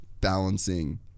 balancing